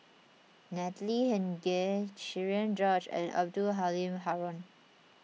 Natalie Hennedige Cherian George and Abdul Halim Haron